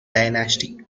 dynasty